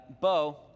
Bo